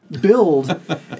build